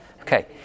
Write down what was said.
Okay